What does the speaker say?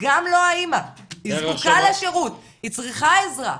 היא זקוקה לשירות, היא צריכה עזרה.